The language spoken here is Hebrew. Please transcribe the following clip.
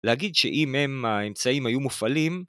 להגיד שאם הם, ה-אמצעים היו מופעלים...